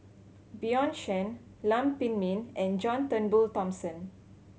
Bjorn Shen Lam Pin Min and John Turnbull Thomson